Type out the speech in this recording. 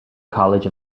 college